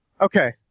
Okay